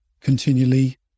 continually